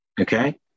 okay